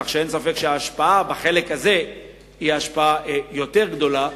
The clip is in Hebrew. כך שאין ספק שההשפעה בחלק הזה היא יותר גדולה.